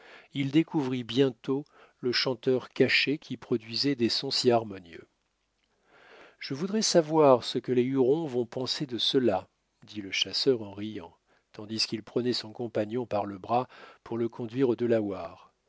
il découvrit bientôt le chanteur caché qui produisait des sons si harmonieux je voudrais savoir ce que les hurons vont penser de cela dit le chasseur en riant tandis qu'il prenait son compagnon par le bras pour le conduire aux